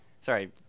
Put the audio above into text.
sorry